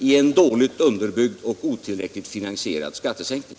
i en dåligt underbyggd och otillräckligt finansierad skattesänkning.